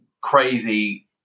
crazy